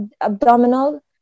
abdominal